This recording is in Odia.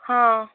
ହଁ